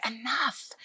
enough